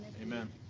Amen